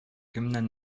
кемнән